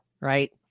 right